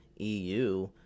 EU